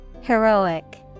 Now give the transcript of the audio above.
Heroic